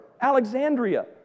Alexandria